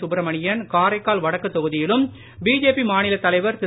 சுப்ரமணியன் காரைக்கால் வடக்கு தொகுதியிலும் பிஜேபி மாநிலத் தலைவர் திரு